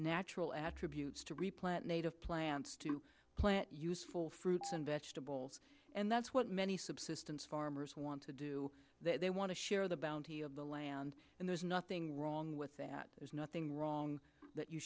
natural attributes to replant native plants to plant useful fruits and vegetables and that's what many subsistence farmers want to do that they want to share the bounty of the land and there's nothing wrong with that there's nothing wrong that you